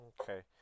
Okay